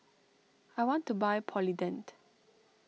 I want to buy Polident